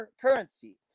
currency